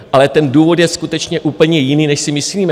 Ale ten důvod je skutečně úplně jiný, než si myslíme.